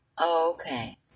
Okay